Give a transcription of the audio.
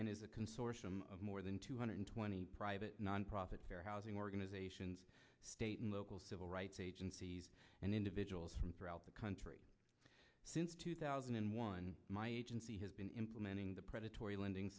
and is a consortium of more than two hundred twenty private nonprofit fair housing organizations state and local civil rights agencies and individuals from throughout the country since two thousand and one my agency has been implementing the predatory lending